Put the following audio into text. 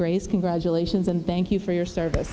grace congratulations and thank you for your service